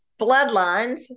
Bloodlines